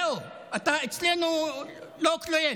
זהו, אתה אצלנו לא קליינט.